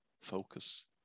focus